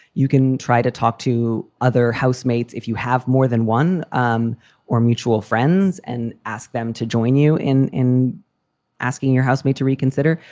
you can try to talk to other housemates if you have more than one um or mutual friends and ask them to join you in in asking your housemate to reconsider.